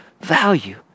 value